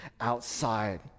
outside